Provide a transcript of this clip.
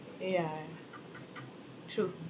yeah true